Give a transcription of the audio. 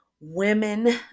women